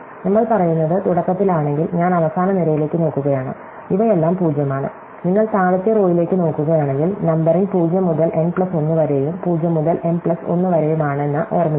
നമ്മൾ പറയുന്നത് തുടക്കത്തിൽ ആണെങ്കിൽ ഞാൻ അവസാന നിരയിലേക്ക് നോക്കുകയാണ് ഇവയെല്ലാം 0 ആണ് നിങ്ങൾ താഴത്തെ റോയിലേക്ക് നോക്കുകയാണെങ്കിൽ നമ്പറിംഗ് 0 മുതൽ n പ്ലസ് 1 വരെയും 0 മുതൽ m പ്ലസ് 1 വരെയുമാണെന്ന് ഓർമ്മിക്കുക